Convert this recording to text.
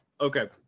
Okay